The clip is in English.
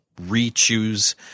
re-choose